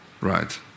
right